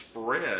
spread